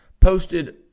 posted